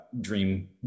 dream